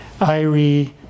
Irie